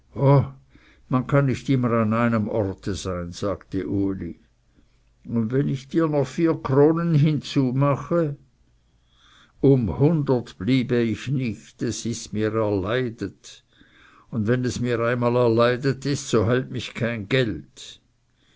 man kann nicht immer an einem orte sein sagte uli und wenn ich dir noch vier kronen hinzumache um hundert bliebe ich nicht es ist mir erleidet und wenn es mir einmal erleidet ist so behält mich kein geld